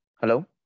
Hello